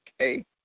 Okay